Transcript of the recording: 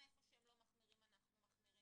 איפה שהם לא מחמירים אנחנו מחמירים?